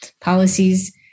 policies